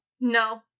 No